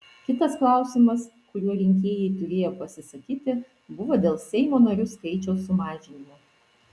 kitas klausimas kuriuo rinkėjai turėjo pasisakyti buvo dėl seimo narių skaičiaus sumažinimo